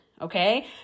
okay